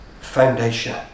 foundation